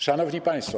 Szanowni Państwo!